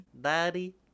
Daddy